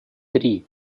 три